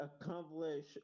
accomplish